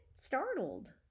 startled